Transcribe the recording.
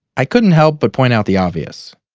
i couldn't help but point out the obvious,